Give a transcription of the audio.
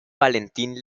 valentín